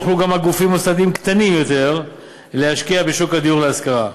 יוכלו גם גופים מוסדיים קטנים יותר להשקיע בשוק הדיור להשכרה.